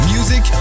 Music